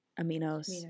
aminos